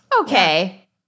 Okay